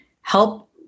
help